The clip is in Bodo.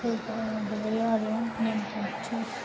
बैफोरनो गोलैयो आरो नेमखान्थि